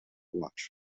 watch